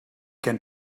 can